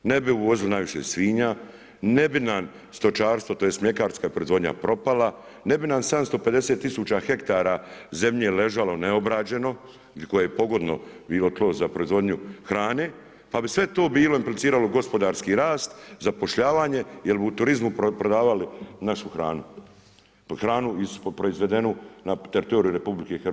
Ne bi uvozili najviše svinja, ne bi nam stočarstvo, tj. mljekarska proizvodnja propala, ne bi nam 750000 hektara zemlje ležalo neobrađeno i koje je pogodno bilo tlo za proizvodnje hrane, pa bi sve to bilo impliciralo gospodarski rast, zapošljavanje, jer bi u turizmu prodavali našu hranu, hranu proizvedeno na teritoriju RH.